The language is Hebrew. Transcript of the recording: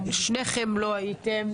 שניכם לא הייתם,